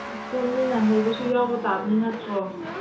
ꯁ꯭ꯀꯨꯜꯅꯤꯅ ꯍꯩꯕꯁꯨ ꯌꯥꯎꯕ ꯇꯥꯕꯅꯤ ꯅꯠꯇ꯭ꯔꯣ